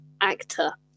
actor